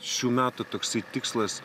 šių metų toksai tikslas